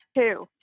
Two